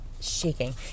shaking